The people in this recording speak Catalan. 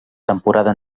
temporada